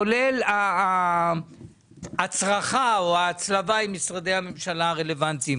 כולל ההצרחה או ההצלבה עם משרדי הממשלה הרלוונטיים.